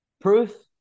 Proof